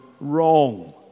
wrong